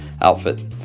outfit